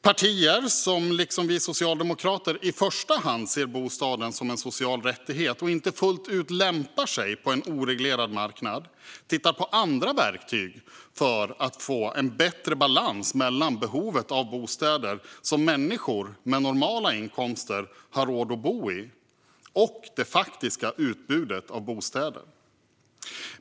Partier som liksom vi socialdemokrater i första hand ser bostaden som en social rättighet som inte fullt ut lämpar sig på en oreglerad marknad tittar på andra verktyg för att få en bättre balans mellan behovet av bostäder som människor med normala inkomster har råd att bo i och det faktiska utbudet av bostäder.